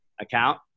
account